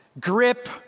Grip